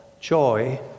Joy